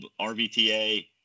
RVTA